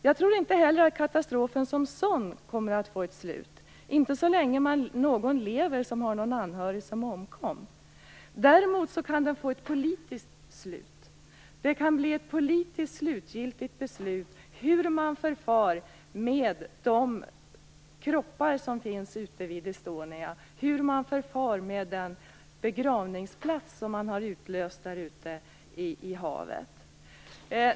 Jag tror inte heller att katastrofen som sådan kommer att få ett slut - inte så länge någon som har en anhörig som omkom lever. Däremot kan den få ett politiskt slut. Det kan bli ett politiskt slutgiltigt beslut om hur man förfar med de kroppar som finns ute vid Estonia och om hur man förfar med den begravningsplats som utlysts ute i havet.